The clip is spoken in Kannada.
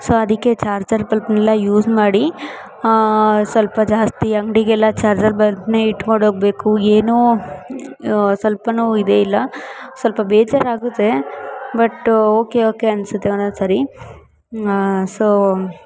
ಸೊ ಅದಕ್ಕೆ ಚಾರ್ಜರ್ ಬಲ್ಪ್ನೆಲ್ಲ ಯೂಸ್ ಮಾಡಿ ಸ್ವಲ್ಪ ಜಾಸ್ತಿ ಅಂಗಡಿಗೆಲ್ಲ ಚಾರ್ಜರ್ ಬಲ್ಪ್ನೇ ಇಟ್ಟುಕೊಂಡೋಗ್ಬೇಕು ಏನೋ ಸ್ವಲ್ಪನೂ ಇದೇ ಇಲ್ಲ ಸ್ವಲ್ಪ ಬೇಜಾರು ಆಗುತ್ತೆ ಬಟ್ಟು ಓಕೆ ಓಕೆ ಅನ್ನಿಸುತ್ತೆ ಒಂದೊಂದು ಸಾರಿ ಸೋ